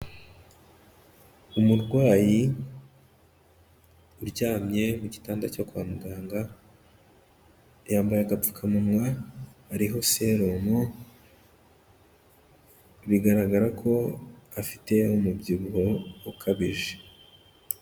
Umurwayi uryamye mu gitanda cyo kwa muganga, yambaye agapfukamunwa ariho selumu, bigaragara ko afite umubyibuho ukabije.